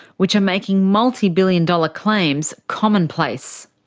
which are making multi-billion dollar claims commonplace.